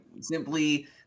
simply